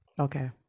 Okay